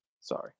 Sorry